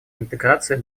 интеграции